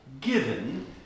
given